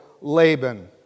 Laban